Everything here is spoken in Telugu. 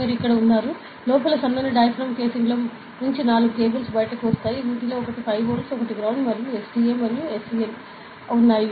మీరు ఇక్కడ ఉన్నారు లోపల సన్నని డయాఫ్రాగమ్ కేసింగ్ లో నుంచి నాలుగు కేబుల్స్ బయటకు వస్తాయి వీటిలో ఒకటి 5 వోల్ట్ ఒకటి గ్రౌండ్ మరియు SDA మరియు SCL ఉన్నాయి